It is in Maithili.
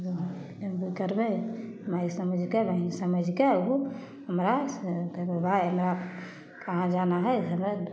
करबय माय समझिके बहिन समझिके उ हमरासँ कहलक माय हमरा कहाँ जाना हइ हमर